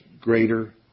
greater